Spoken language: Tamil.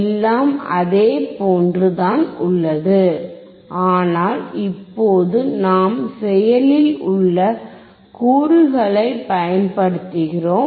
எல்லாம் அதே போன்று தான் உள்ளது ஆனால் இப்போது நாம் செயலில் உள்ள கூறுகளைப் பயன்படுத்துகிறோம்